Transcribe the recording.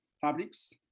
fabrics